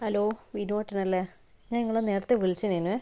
hello വിനുവേട്ടനല്ലേ ഞാൻ നിങ്ങളെ നേരത്തെ വിളിച്ചിന്നിന്